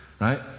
right